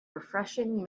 refreshing